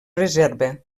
reserva